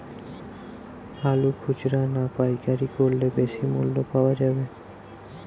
আলু খুচরা না পাইকারি করলে বেশি মূল্য পাওয়া যাবে?